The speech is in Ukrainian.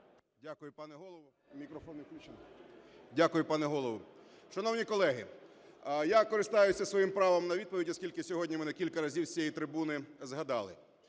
Дякую, пане Голово. Шановні колеги, я скористаюся своїм правом на відповідь, оскільки сьогодні мене кілька разів з цієї трибуни згадали.